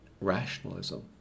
rationalism